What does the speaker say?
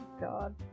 god